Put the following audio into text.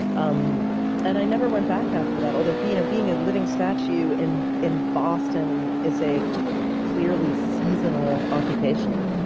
um and i never went back after that, although being being a living statue in in boston is a clearly seasonal occupation.